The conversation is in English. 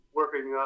working